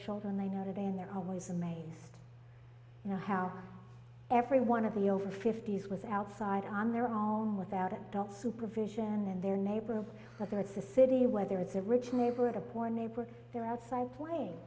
children they know of and they're always amazed you know how every one of the over fifty's was outside on their own without a doubt supervision and their neighbor whether it's a city whether it's a rich neighborhood a poor neighbor they're outside playing